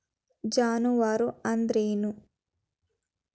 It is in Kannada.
ಜಾನುವಾರು ಅಂದ್ರೇನು?